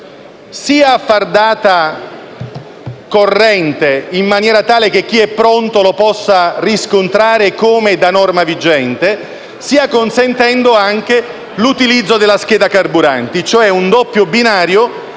sia a far data corrente, in maniera tale che chi è pronto lo possa riscontrare come da norma vigente, sia consentendo anche l'utilizzo della scheda carburanti. Si tratta cioè di un doppio binario